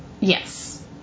Yes